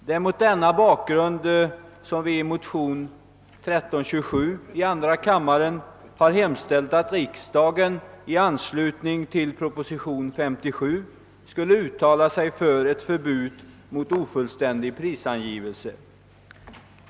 Det är mot denna bakgrund som vi i motionen II: 1327 hemställt att riksdagen i anslutning till propositionen 57 skulle uttala sig för ett förbud mot ofullständig prisangivelse.